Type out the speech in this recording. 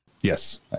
Yes